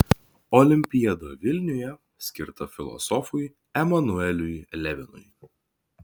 olimpiada vilniuje skirta filosofui emanueliui levinui